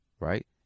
right